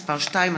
(תיקון מס' 2),